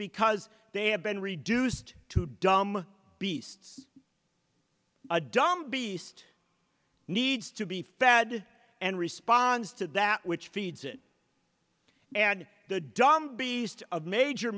because they have been reduced to dumb beasts a dumb beast needs to be fed and responds to that which feeds it and the dumb beast of major